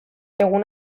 egun